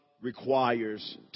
requires